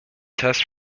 tests